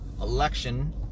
election